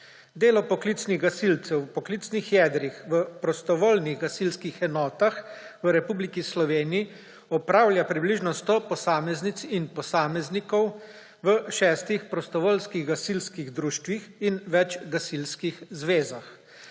Delo poklicnih gasilcev v poklicnih jedrih v prostovoljnih gasilskih enotah v Republiki Sloveniji opravlja približno 100 posameznic in posameznikov v šestih prostovoljskih gasilskih društvih in več gasilskih zvezah.